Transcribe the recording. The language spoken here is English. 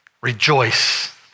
Rejoice